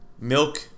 milk